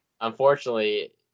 Unfortunately